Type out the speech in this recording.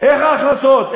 איך ההכנסות?